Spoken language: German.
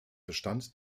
bestand